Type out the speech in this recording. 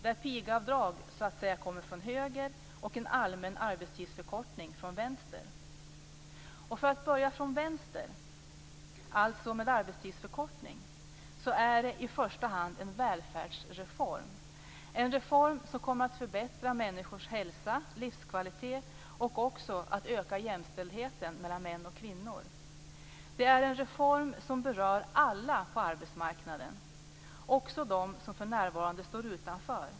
Förslaget om pigavdrag kommer från höger och förslaget om en allmän arbetstidsförkortning från vänster. För att börja från vänster - alltså med arbetstidsförkortning - är det i första hand en välfärdsreform, en reform som kommer att förbättra människors hälsa, livskvalitet och också att öka jämställdheten mellan män och kvinnor. Denna reform berör alla på arbetsmarknaden, också dem som för närvarande står utanför.